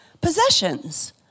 possessions